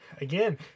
Again